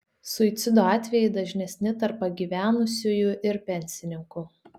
suicido atvejai dažnesni tarp pagyvenusiųjų ir pensininkų